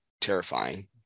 terrifying